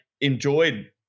enjoyed